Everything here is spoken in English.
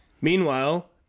Meanwhile